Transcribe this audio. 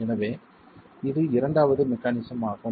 எனவே இது இரண்டாவது மெக்கானிஸம் ஆகும்